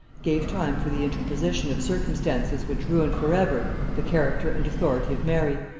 gave time for the interposition of circumstances which ruined for ever the character and authority of mary,